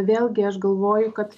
vėlgi aš galvoju kad